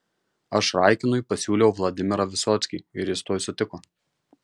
aš raikinui pasiūliau vladimirą visockį ir jis tuoj sutiko